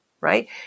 Right